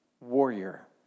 Warrior